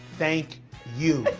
thank you.